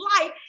life